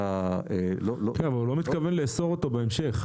כן, אבל הוא לא מתכוון לאסור אותו בהמשך.